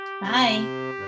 Bye